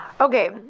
okay